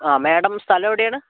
ആ മേഡം സ്ഥലം എവിടെയാണ്